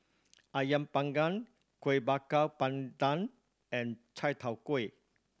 Ayam Panggang Kuih Bakar Pandan and Chai Tow Kuay